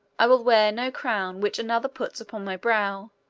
i will wear no crown which another puts upon my brow,